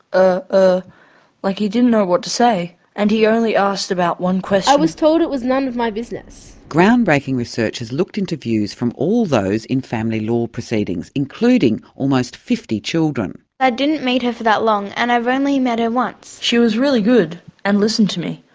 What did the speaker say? ah ah like he didn't know what to say, and he only asked about one question. i was told it was none of my business. groundbreaking research has looked into views from all those in family law proceedings, including almost fifty children. i didn't meet her for that long, and i've only met her once. she was really good and listened to me.